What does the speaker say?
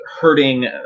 hurting